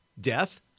Death